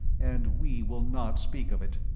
and we will not speak of it.